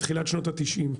בתחילת שנות ה-90.